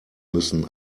müssen